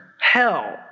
Hell